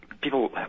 people